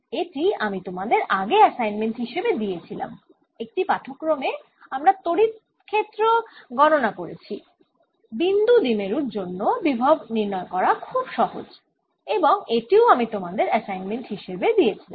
এটি আমি তোমাদের আগে অ্যাসাইনমেন্ট হিসেবে দিয়েছিলাম একটি পাঠক্রমে আমরা তড়িৎ ক্ষেত্রে ক্ষেত্র গণনা করেছি বিন্দু দ্বিমেরুর জন্য বিভব নির্ণয় করা খুব সহজ এবং এটিও আমি তোমাদের অ্যাসাইনমেন্ট হিসেবে দিয়েছিলাম